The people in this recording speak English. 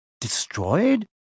Destroyed